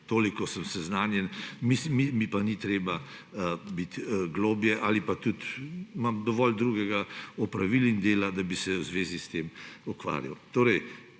toliko seznanjen, mi pa ni treba biti globlje ali pa tudi imam dovolj drugega opravil in dela, da bi se v zvezi s tem ukvarjal.